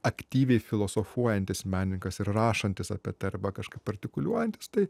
aktyviai filosofuojantis menininkas ir rašantis apie tai arba kažkaip artikuliuojantis tai